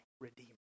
redeemer